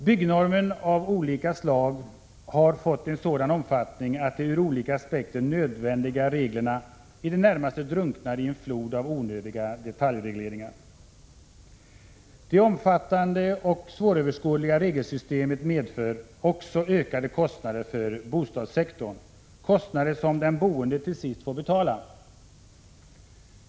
Byggnormer av olika slag har fått en sådan omfattning att de ur olika aspekter nödvändiga reglerna i det närmaste drunknar i en flod av onödiga detaljregleringar. Det omfattande och svåröverskådliga regelsystemet medför också ökade kostnader för bostadssektorn, kostnader som den boende till sist får betala.